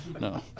no